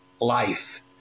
life